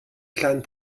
kleinen